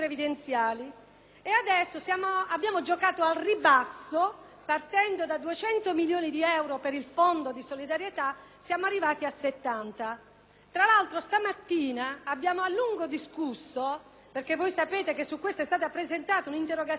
partendo da 200 milioni di euro per il Fondo di solidarietà siamo arrivati a 70 milioni. Tra l'altro, questa mattina abbiamo a lungo discusso, perché voi sapete che su questo tema è stata presentata un'interrogazione da parte dei senatori del PD, per la copertura dell'anno 2007,